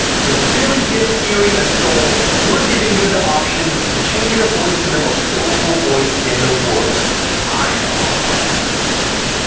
to really give siri a soul, we're giving you the option to change her voice to the most soulful voice in the world. siri hi ah yall. ah i'm morgan freeman.